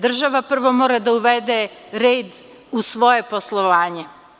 Država prvo mora da uvede red u svoje poslovanje.